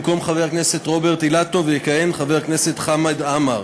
במקום חבר הכנסת רוברט אילטוב יכהן חבר הכנסת חמד עמאר.